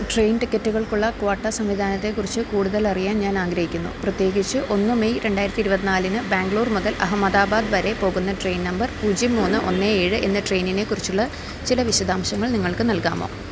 train ടിക്കറ്റുകൾക്കുള്ള quota സംവിധാനത്തെക്കുറിച്ച് കൂടുതൽ അറിയാൻ ഞാനാഗ്രഹിക്കുന്നു പ്രത്യേകിച്ച് ഒന്ന് മെയ് രണ്ടായിരത്തി ഇരുപത്തിനാലിന് ബാംഗ്ലൂർ മുതൽ അഹമ്മദാബാദ് വരെ പോകുന്ന ട്രെയിൻ നമ്പർ പൂജ്യം മൂന്ന് ഒന്ന് ഏഴ് എന്ന ട്രെയിനിനെക്കുറിച്ചുള്ള ചില വിശദാംശങ്ങൾ നിങ്ങൾക്ക് നൽകാമോ